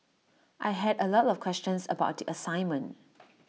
I had A lot of questions about the assignment